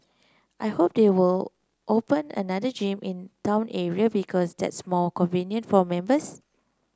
I hope they will open another gym in the town area because that's more convenient for members